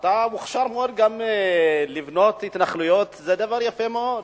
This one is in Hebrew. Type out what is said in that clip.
אתה מוכשר מאוד גם לבנות התנחלויות, זה יפה מאוד.